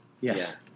Yes